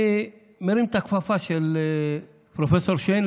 אני מרים את הכפפה של פרופ' שיין,